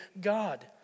God